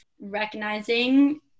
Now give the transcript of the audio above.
recognizing